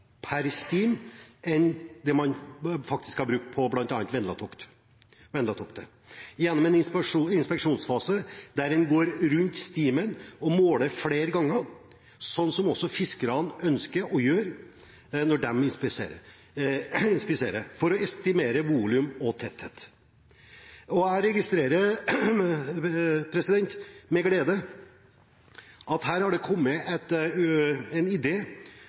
per stim enn det man faktisk har brukt på bl.a. «Vendlatoktet», gjennom en inspeksjonsfase der en går rundt stimen og måler flere ganger, slik også fiskerne ønsker å gjøre når de inspiserer, for å estimere volum og tetthet. Jeg registrerer med glede at her har det kommet en